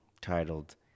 titled